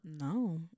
no